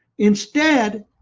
instead,